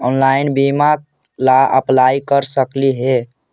Online बीमा ला apply कर सकली हे?